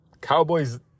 Cowboys